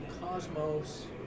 cosmos